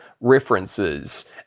references